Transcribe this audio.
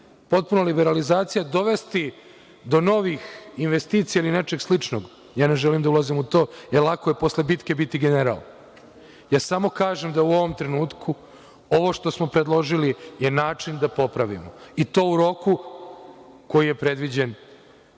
potpuna liberalizacija dovesti do novih investicija ili nečeg sličnog, ja ne želim da ulazim u to, jer lako je posle bitke biti general. Samo kažem da u ovom trenutku ovo što smo predložili je način da popravimo i to u roku koji je predviđen